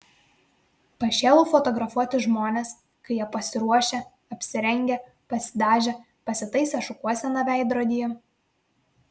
pašėlau fotografuoti žmones kai jie pasiruošę apsirengę pasidažę pasitaisę šukuoseną veidrodyje